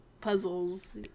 puzzles